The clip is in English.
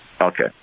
Okay